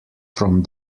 from